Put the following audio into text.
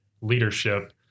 leadership